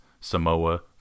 Samoa